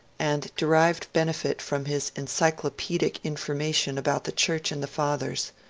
and de rived benefit from his encyclopaedic information about the church and the fathers,